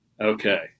Okay